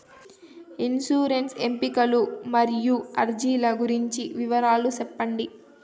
insurance ఎంపికలు మరియు అర్జీల గురించి వివరాలు సెప్పండి